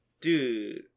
dude